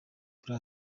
kuri